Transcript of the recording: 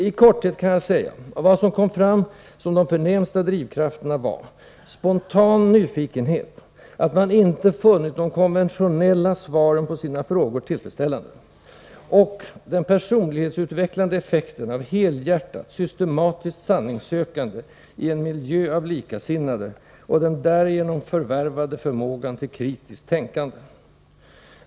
I korthet kan jag säga att vad som kom fram som de förnämsta drivkrafterna var: spontan nyfikenhet — att man inte funnit de konventionella svaren på sina frågor tillfredsställande — och den personlighetsutvecklande effekten av helhjärtat, systematiskt sanningssökande, i en miljö av likasinnade, och den därigenom förvärvade förmågan till kritiskt tänkande.